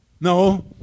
No